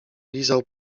lizał